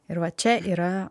ir va čia yra